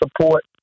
support